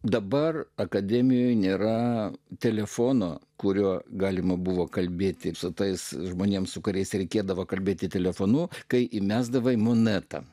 dabar akademijoje nėra telefono kuriuo galima buvo kalbėti su tais žmonėms su kuriais reikėdavo kalbėti telefonu kai įmesdavai monetą